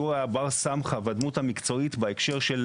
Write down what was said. שהוא בר סמכא והדמות המקצועית בהקשר של